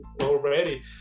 already